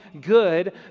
good